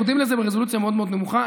יורדים לזה ברזולוציה מאוד מאוד נמוכה.